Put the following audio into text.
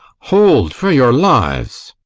hold, for your lives!